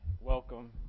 welcome